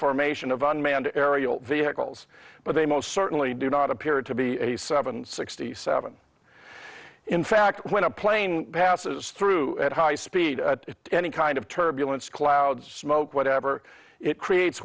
formation of unmanned aerial vehicles but they most certainly do not appear to be a seven sixty seven in fact when a plane passes through at high speed at any kind of turbulence clouds smoke whatever it creates